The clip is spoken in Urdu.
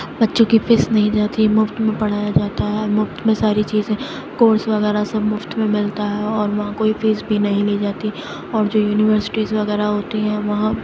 بچوں کی فیس نہیں جاتی مفت میں پڑھایا جاتا ہے مفت میں ساری چیزیں کورس وغیرہ سب مفت میں ملتا ہے اور وہاں کوئی فیس بھی نہیں لی جاتی اور جو یونیورسٹیز وغیرہ ہوتی ہیں وہاں